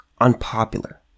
unpopular